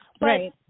right